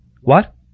What